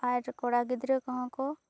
ᱟᱨ ᱠᱚᱲᱟ ᱜᱤᱫᱽᱨᱟᱹ ᱠᱚᱦᱚᱸ ᱠᱚ